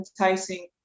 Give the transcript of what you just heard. enticing